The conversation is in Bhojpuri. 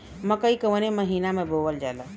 मकई कवने महीना में बोवल जाला?